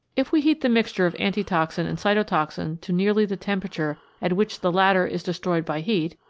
if we heat the mixture of antitoxin and cytotoxin to nearly the temperature at which the latter is destroyed by heat,